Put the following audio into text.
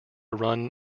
run